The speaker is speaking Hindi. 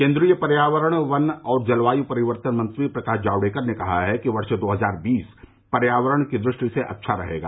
केंद्रीय पर्यावरण वन और जलवायु परिवर्तन मंत्री प्रकाश जावड़ेकर ने कहा है कि वर्ष दो हजार बीस पर्यावरण की दृष्टि से अच्छा रहेगा